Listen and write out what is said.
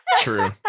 True